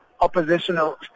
oppositional